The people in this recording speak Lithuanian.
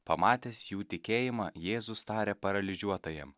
pamatęs jų tikėjimą jėzus tarė paralyžiuotajam